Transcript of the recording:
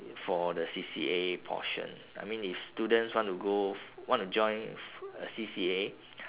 for the C_C_A portion I mean if students want to go want to join a C_C_A